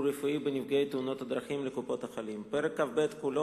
רפואי בנפגעי תאונות דרכים לקופות-החולים); פרק כ"ב כולו